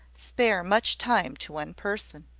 spare much time to one person.